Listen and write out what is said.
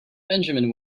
benjamin